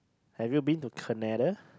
have you been to Canada